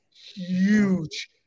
huge